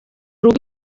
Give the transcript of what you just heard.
rugo